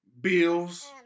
Bills